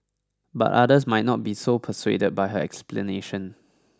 but others might not be so persuaded by her explanation